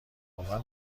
آور